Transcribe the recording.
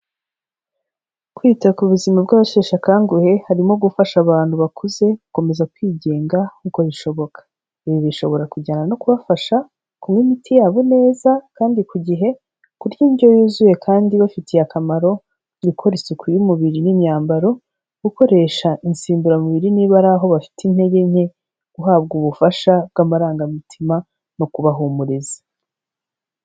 Kwita ku buzima bw'abasheshe akanguhe harimo gufasha abantu bakuze gukomeza kwigenga uko bishoboka, ibi bishobora kujyana no kubafasha kunywa imiti yabo neza kandi ku gihe, kurya indyo yuzuye kandi ibafitiye akamaro, gukora isuku y'umubiri n'imyambaro, gukoresha insimburamubiri niba ari aho bafite intege nke, guhabwa ubufasha bw'amarangamutima no kubahumuriza.